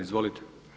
Izvolite.